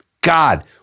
God